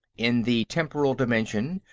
in the temporal dimension,